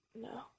No